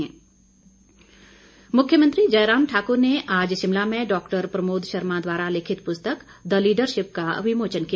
विमोचन मुख्यमंत्री जयराम ठाकुर ने आज शिमला में डॉ प्रमोद शर्मा द्वारा लिखित पुस्तक द लीडरशिप का विमोचन किया